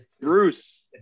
Bruce